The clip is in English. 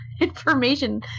information